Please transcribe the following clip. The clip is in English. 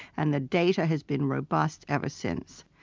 and the data has been robust ever since.